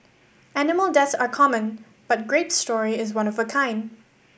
animal deaths are common but Grape's story is one of a kind